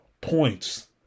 points